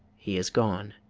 he is gone